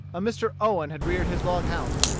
a mr. owen had reared his log house.